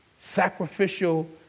sacrificial